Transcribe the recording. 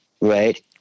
right